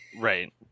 Right